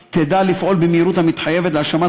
כי תדע לפעול במהירות המתחייבת להשלמת